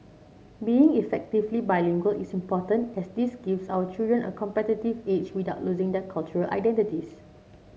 being effectively bilingual is important as this gives our children a competitive edge without losing their cultural identities